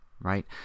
Right